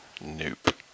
Nope